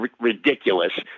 ridiculous